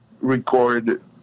record